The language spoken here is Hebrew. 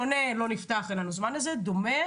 שונה לא נפתח, אין לנו זמן לזה, דומה